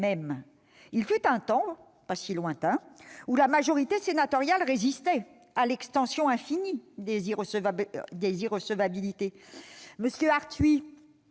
Il fut un temps, pas si lointain, où la majorité sénatoriale résistait à l'extension infinie des irrecevabilités.